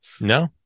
No